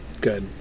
good